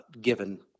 given